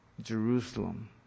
Jerusalem